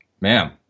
ma'am